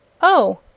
Oh